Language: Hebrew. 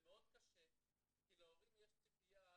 זה מאוד קשה כי להורים יש ציפייה,